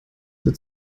wird